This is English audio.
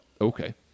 Okay